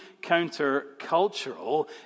counter-cultural